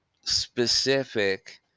specific